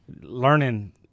learning